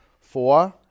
Four